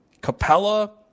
Capella